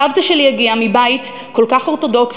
סבתא שלי הגיעה מבית כל כך אורתודוקסי,